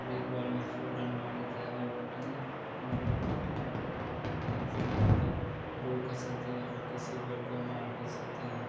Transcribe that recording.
और एक बॉल में फोर रन मार देता है और अन्य बॉलों पर को रोक सकते हैं और किसी बॉल को मार भी सकते हैं